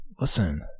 Listen